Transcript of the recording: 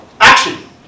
action